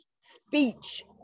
speech